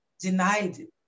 denied